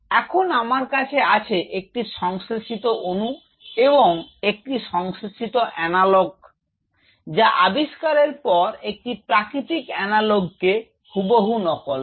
এখন আমার কাছে আছে একটি সংশ্লেষিত অণু এবং একটি সংশ্লেষিত অ্যানালগ রয়েছে যা আবিষ্কারের পর একটি প্রাকৃতিক অ্যানালগকে হুবহু নকল করে